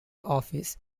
office